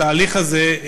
התהליך הזה,